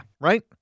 right